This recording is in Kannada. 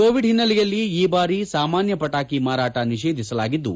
ಕೊವಿಡ್ ಹಿನ್ನಲೆಯಲ್ಲಿ ಈ ಬಾರಿ ಸಾಮಾನ್ಯ ಪಟಾಕಿ ಮಾರಾಟ ನಿಷೇಧಿಸಲಾಗಿದ್ದು